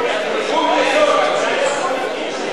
אין פה שום יסוד פוליטי אישי.